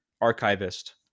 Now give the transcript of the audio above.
archivist